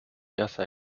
erster